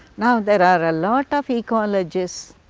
now there are a lot of ecologists,